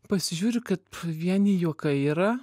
pasižiūriu kad vieni juokai yra